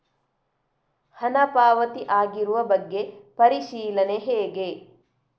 ಹಣ ಪಾವತಿ ಆಗಿರುವ ಬಗ್ಗೆ ಪರಿಶೀಲನೆ ಹೇಗೆ?